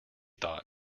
thought